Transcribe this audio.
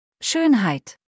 Schönheit